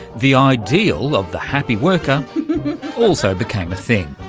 the ideal of the happy worker also became thing.